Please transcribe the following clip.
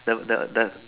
the the the